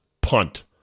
punt